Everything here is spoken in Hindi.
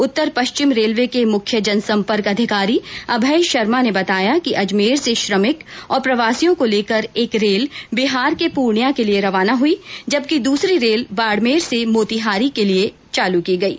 उत्तर पश्चिम रेलवे के मुख्य जनसंपर्क अधिकारी अभय शर्मा ने बताया कि अजमेर से श्रमिक और प्रवासियों को लेकर एक रेल बिहार के पूर्णिया के लिए रवाना हई जबकि दूसरी रेल बाड़मेर से मोतीहारी के लिए गयी है